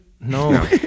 No